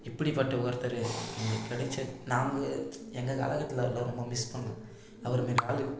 இப்படிப்பட்ட ஒருத்தர் எங்களுக்கு கிடச்சது நாங்கள் எங்கள் காலகட்டத்தில் ரொம்ப மிஸ் பண்ணிணோம் அவர் மாரி ஆளு